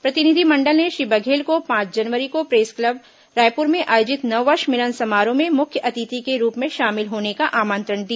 प्रतिनिधिमंडल ने श्री बधेल को पांच जनवरी को प्रेस क्लब रायपुर में आयोजित नववर्ष मिलन समारोह में मुख्य अतिथि के रुप मे शामिल होने का आमंत्रण दिया